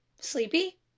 sleepy